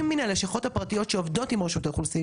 וחברות הסיעוד שמונחות על ידי הביטוח הלאומי,